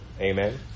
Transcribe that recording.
Amen